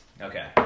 Okay